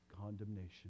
condemnation